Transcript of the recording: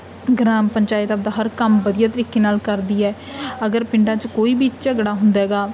gram panchayat ਆਪਦਾ ਹਰ ਕੰਮ ਵਧੀਆ ਤਰੀਕੇ ਨਾਲ ਕਰਦੀ ਹੈ ਅਗਰ ਪਿੰਡਾਂ 'ਚ ਕੋਈ ਵੀ ਝਗੜਾ ਹੁੰਦਾ ਗਾ